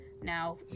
now